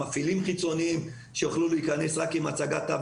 מפעילים חיצוניים שיוכלו להיכנס רק עם הצגת תו